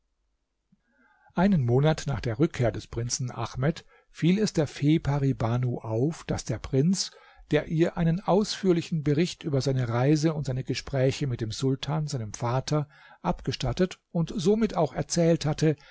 einen monat nach der rückkehr des prinzen ahmed fiel es der fee pari banu auf daß der prinz der ihr einen ausführlichen bericht über seine reise und seine gespräche mit dem sultan seinem vater abgestattet und somit auch erzählt hatte